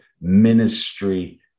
ministry